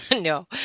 no